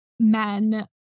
men